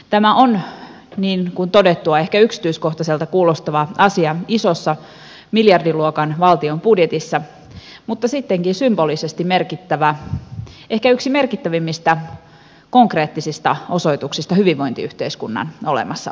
tämä on niin kuin todettua ehkä yksityiskohtaiselta kuulostava asia valtion isossa miljardiluokan budjetissa mutta sittenkin symbolisesti merkittävä ehkä yksi merkittävimmistä konkreettisista osoituksista hyvinvointiyhteiskunnan olemassaolosta